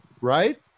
right